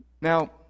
Now